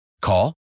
Call